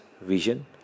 vision